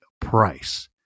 price